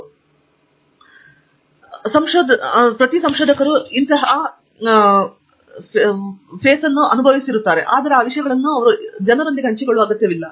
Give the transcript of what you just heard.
ಆದರೆ ನೀವು ಹೌದು ವಸ್ತುಗಳ ದೊಡ್ಡ ಪ್ರಮಾಣದ ನೋಡಿದರೆ ಜನರು ಹಿಂದಕ್ಕೆ ಮತ್ತು ಮುಂದಕ್ಕೆ ಹೋಗಿ ಮತ್ತು ಸಂಶೋಧನೆ ಮತ್ತು ಪ್ರತಿ ಸಂಶೋಧಕ ಹಾದುಹೋಗುವ ತಿಳಿದಿದೆ ಸಂಶೋಧಕರು ಆ ವಿಷಯಗಳನ್ನು ಹಂಚಿಕೊಳ್ಳುವ ಅಗತ್ಯವಿಲ್ಲ